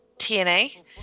tna